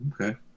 Okay